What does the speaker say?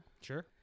Sure